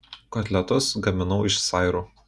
kotletus gaminau iš sairų